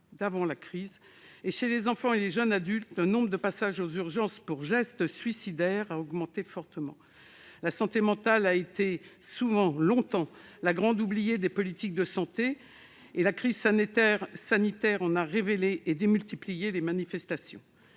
d'avant la crise. Enfin, chez les enfants et les jeunes adultes, le nombre de passages aux urgences pour geste suicidaire a fortement augmenté. La santé mentale a été souvent, longtemps, la grande oubliée des politiques de santé. La crise sanitaire a révélé et démultiplié les manifestations